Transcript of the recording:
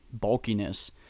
bulkiness